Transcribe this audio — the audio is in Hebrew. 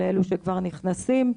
לאלה שכבר נכנסים,